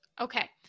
Okay